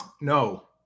No